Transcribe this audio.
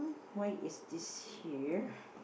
why is this here